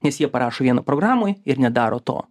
nes jie parašo viena programoj ir nedaro to